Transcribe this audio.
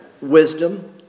wisdom